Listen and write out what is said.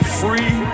free